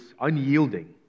unyielding